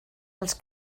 els